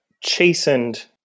chastened